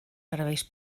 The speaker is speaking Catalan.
serveis